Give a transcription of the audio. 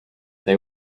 they